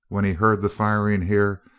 when he heard the firing here,